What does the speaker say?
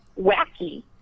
wacky